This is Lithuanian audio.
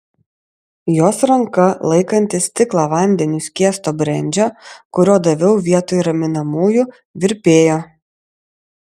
jos ranka laikanti stiklą vandeniu skiesto brendžio kurio daviau vietoj raminamųjų virpėjo